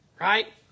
right